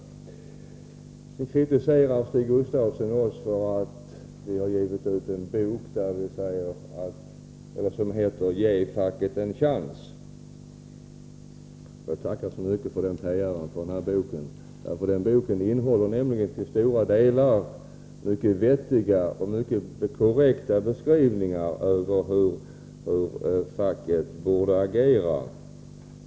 Stig Gustafsson kritiserar oss för att vi har givit ut en broschyr som heter Ge facket en chans!. Jag tackar så mycket för den PR vi fick för broschyren. Till stora delar innehåller den mycket vettiga och korrekta beskrivningar över hur facket borde agera.